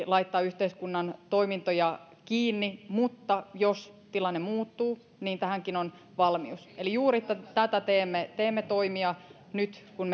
laittaa yhteiskunnan toimintoja kiinni mutta jos tilanne muuttuu niin tähänkin on valmius eli juuri tätä tätä teemme teemme toimia nyt kun